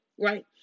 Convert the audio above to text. Right